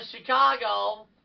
Chicago